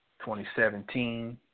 2017